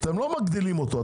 אתם לא מגדילים אותו.